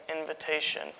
invitation